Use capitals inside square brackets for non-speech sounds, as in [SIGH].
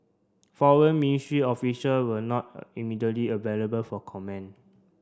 Foreign Ministry official were not [HESITATION] immediately available for comment